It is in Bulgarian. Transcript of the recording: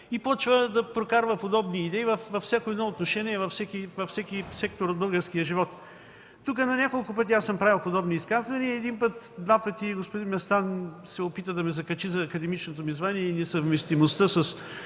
и започва да прокарва подобни идеи във всяко едно отношение, във всеки сектор от българския живот. Тук на няколко пъти съм правил подобни изказвания. Един-два пъти господин Местан се опита да ме закачи за академичното ми звание и несъвместимостта